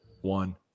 one